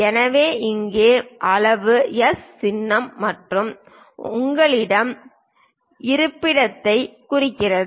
எனவே இங்கே அளவு எஸ் சின்னம் மற்றும் இடங்களின் இருப்பிடத்தைக் குறிக்கிறது